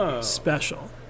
special